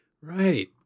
right